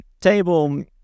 table